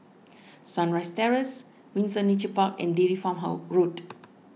Sunrise Terrace Windsor Nature Park and Dairy Farm How Road